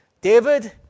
david